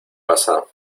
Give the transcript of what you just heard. pasa